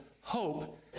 hope